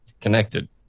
connected